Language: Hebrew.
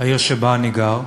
העיר שבה אני גר,